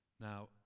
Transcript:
Now